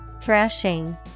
Thrashing